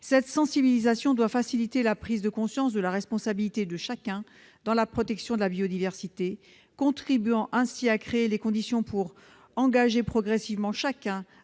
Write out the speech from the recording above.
Cette sensibilisation doit faciliter la prise de conscience de la responsabilité de tous dans la protection de la biodiversité, contribuant ainsi à créer les conditions d'un engagement progressif de chacun